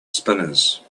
spinners